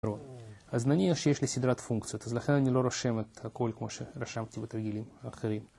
אז נניח שיש לי סדרת פונקציות, אז לכן אני לא רושם את הכל כמו שרשמתי בתרגילים האחרים